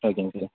ஓகேங்க சார்